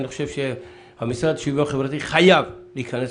אני חושב שהמשרד לשוויון חברתי חייב להיכנס